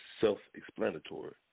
self-explanatory